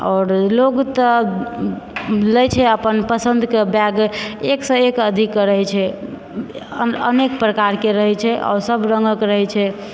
आओर लोग तऽ लए छै अपन पसन्दके बैग एक सँ एक अथी करै छै अनेक प्रकारके रहै छै आ सब रङ्गक रहै छै